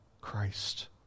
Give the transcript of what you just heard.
Christ